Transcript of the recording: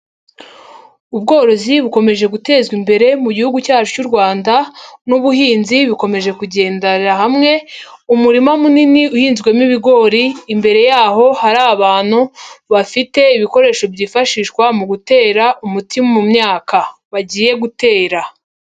Ubworozi bukomeje gutezwa imbere mu gihugu cyacu cy'u Rwanda n'ubuhinzi bikomeje kugendera hamwe, umurima munini uhinzwemo ibigori, imbere yaho hari abantu bafite ibikoresho byifashishwa mu gutera umuti mu myaka bagiye gutera.